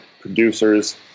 producers